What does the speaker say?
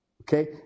Okay